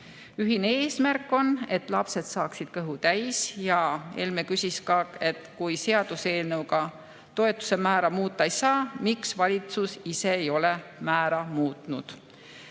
Ühine eesmärk on, et lapsed saaksid kõhu täis. Helme küsis ka, et kui seaduseelnõuga toetuse määra muuta ei saa, miks valitsus ise ei ole määra muutnud.